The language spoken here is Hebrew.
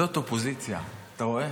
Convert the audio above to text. זאת אופוזיציה, אתה רואה?